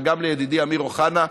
וגם לידידי אמיר אוחנה,